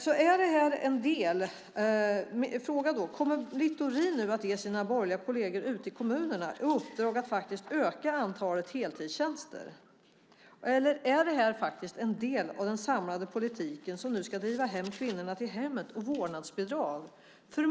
Min fråga är: Kommer Littorin nu att ge sina borgerliga kolleger ute i kommunerna i uppdrag att öka antalet heltidstjänster, eller är det här en del av den samlade politik som nu ska driva hem kvinnorna till hemmet och vårdnadsbidrag?